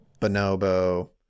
Bonobo